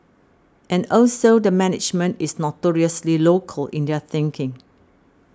and also the management is notoriously local in their thinking